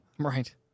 Right